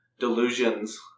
delusions